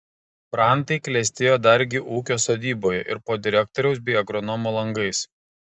brantai klestėjo dargi ūkio sodyboje ir po direktoriaus bei agronomo langais